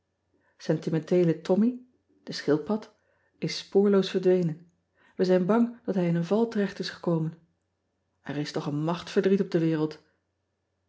entimenteele ommy de schildpad is spoorloos verdwenen e zijn bang dat hij in een val terecht is gekomen r is toch een macht verdriet op de wereld